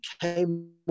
came